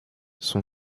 son